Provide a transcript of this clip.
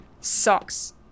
Socks